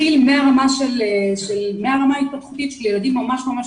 תקינה של פסיכולוג אחד ל-1,000 ילדים.